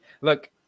Look